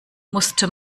musste